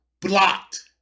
Blocked